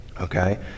okay